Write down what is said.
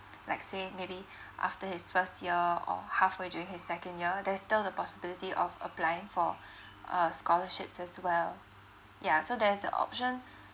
like say maybe after his first year or halfway during his second year there's still the possibility of applying for uh scholarships as well yeah so there's the option